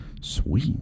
Sweet